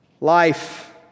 life